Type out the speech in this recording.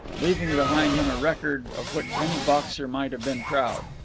leaving behind him a record of which any boxer might have been proud.